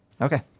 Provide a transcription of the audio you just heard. Okay